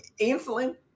insulin